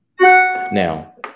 Now